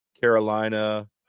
Carolina